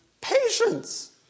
patience